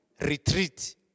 retreat